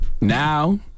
Now